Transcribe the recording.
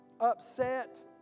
upset